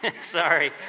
Sorry